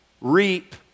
reap